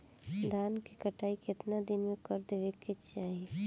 धान क कटाई केतना दिन में कर देवें कि चाही?